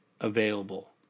available